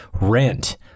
Rent